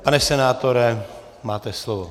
Pane senátore, máte slovo.